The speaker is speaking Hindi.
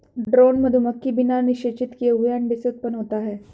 ड्रोन मधुमक्खी बिना निषेचित किए हुए अंडे से उत्पन्न होता है